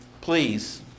please